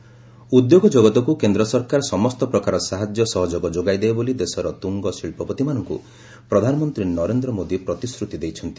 PM Kirloskar ଉଦ୍ୟୋଗ ଜଗତକୁ କେନ୍ଦ୍ର ସରକାର ସମସ୍ତ ପ୍ରକାର ସାହାଯ୍ୟ ସହଯୋଗ ଯୋଗାଇ ଦେବେ ବୋଲି ଦେଶର ତୁଙ୍ଗ ଶିଳ୍ପପତିମାନଙ୍କୁ ପ୍ରଧାନମନ୍ତ୍ରୀ ନରେନ୍ଦ୍ର ମୋଦୀ ପ୍ରତିଶ୍ରତି ଦେଇଛନ୍ତି